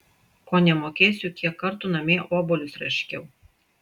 ko nemokėsiu kiek kartų namie obuolius raškiau